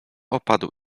opadł